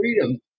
freedom